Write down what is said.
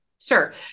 Sure